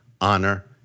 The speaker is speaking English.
honor